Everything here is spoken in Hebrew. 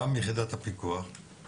גם יחידת הפיקוח,